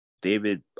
David